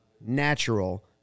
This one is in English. natural